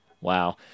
Wow